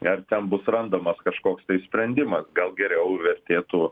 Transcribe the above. ir ar ten bus randamas kažkoks tai sprendimas gal geriau vertėtų